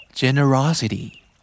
Generosity